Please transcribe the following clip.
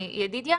ידידיה,